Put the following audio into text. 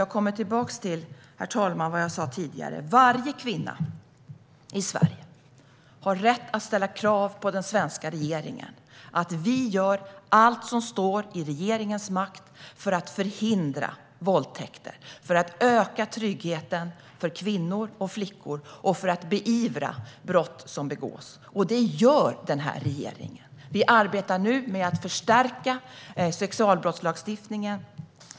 Jag kommer tillbaka till vad jag sa tidigare: Varje kvinna i Sverige har rätt att ställa krav på den svenska regeringen att vi gör allt som står i regeringens makt för att förhindra våldtäkter, för att öka tryggheten för kvinnor och flickor och för att beivra brott som begås. Det gör den här regeringen. Vi arbetar nu med att förstärka sexualbrottslagstiftningen.